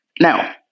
Now